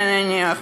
נניח,